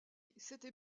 c’était